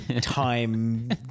time